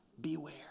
Beware